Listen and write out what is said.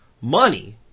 Money